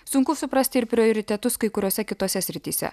sunku suprasti ir prioritetus kai kuriose kitose srityse